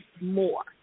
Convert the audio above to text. more